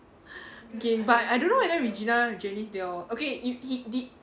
K but I don't know whether regina janice they all okay if he did